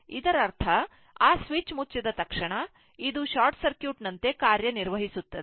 ಇದರರ್ಥ ಆ ಸ್ವಿಚ್ ಮುಚ್ಚಿದ ತಕ್ಷಣ ಇದು ಶಾರ್ಟ್ ಸರ್ಕ್ಯೂಟ್ ನಂತೆ ಕಾರ್ಯನಿರ್ವಹಿಸುತ್ತಿದೆ